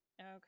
Okay